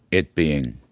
it being?